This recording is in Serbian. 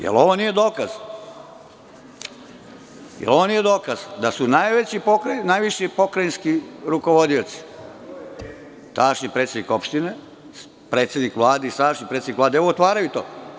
Jel ovo nije dokaz da su najviši pokrajinski rukovodioci, tadašnji predsednik opštine, predsednik Vlade i sadašnji predsednik Vlade, evo otvaraju to.